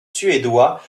suédois